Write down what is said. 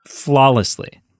Flawlessly